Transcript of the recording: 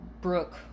Brooke